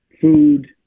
food